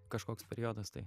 kažkoks periodas tai